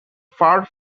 far